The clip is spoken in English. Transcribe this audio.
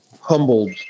humbled